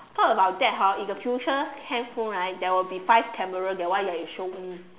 talk about that hor the future handphone right there will be five cameras that one that you show me